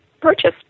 purchase